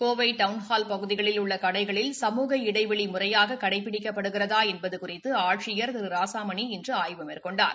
Kovai town hall பகுதிகளில் உள்ள கடைகளில் சமூக இடைவெளி முறையாக கடைபிடிக்கப்படுகிறதா என்பது குறித்து ஆட்சியர் திரு ராசாமணி இன்று ஆய்வு மேற்கொண்டார்